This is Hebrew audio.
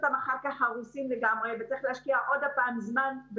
אחר כך אני מקבלת את המקומות האלה הרוסים לגמרי